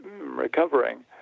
recovering